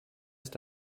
ist